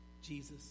Jesus